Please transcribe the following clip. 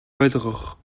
ойлгох